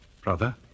Brother